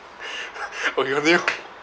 okay continue